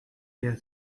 der